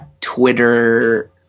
Twitter